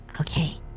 Okay